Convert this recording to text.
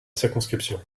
circonscription